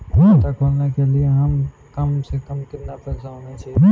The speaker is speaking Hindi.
खाता खोलने के लिए कम से कम कितना पैसा होना चाहिए?